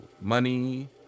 money